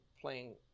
playing